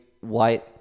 white